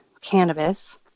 cannabis